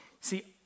See